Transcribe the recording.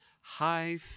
High